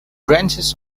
branches